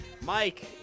Mike